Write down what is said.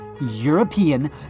European